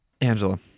Angela